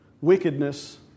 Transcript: wickedness